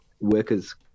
workers